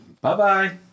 Bye-bye